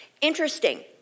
Interesting